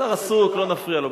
השר עסוק, לא נפריע לו.